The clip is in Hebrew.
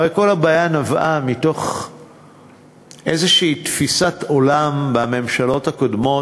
הרי כל הבעיה נבעה מאיזו תפיסת עולם בממשלות הקודמות,